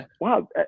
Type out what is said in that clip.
wow